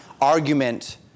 argument